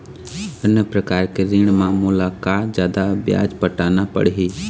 अन्य प्रकार के ऋण म मोला का जादा ब्याज पटाना पड़ही?